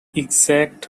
exact